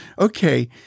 Okay